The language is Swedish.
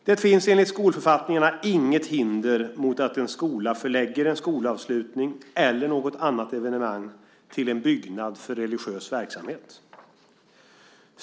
Det finns enligt skolförfattningarna inget hinder för att en skola förlägger en skolavslutning, eller något annat evenemang, till en byggnad för religiös verksamhet.